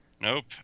Nope